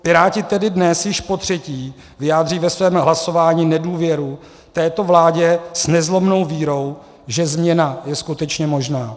Piráti tedy dnes již potřetí vyjádří ve svém hlasování nedůvěru této vládě s nezlomnou vírou, že změna je skutečně možná.